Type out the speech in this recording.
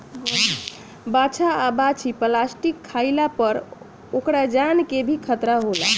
बाछा आ बाछी प्लास्टिक खाइला पर ओकरा जान के भी खतरा हो जाला